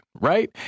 right